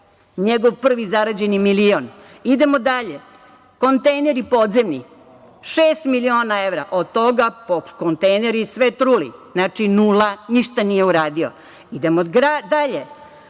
Njegov prvi zarađeni milion. Idemo dalje. Kontejneri podzemni, šest miliona evra, od toga kontejneri sve truli. Znači, nula, ništa nije uradio. Idemo dalje,